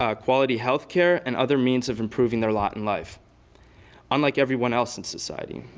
ah quality healthcare and other means of improving their lot in life unlike everyone else in society.